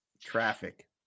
Traffic